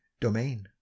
domain